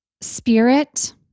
spirit